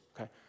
Okay